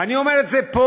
אני אומר את זה פה,